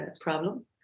problem